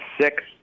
six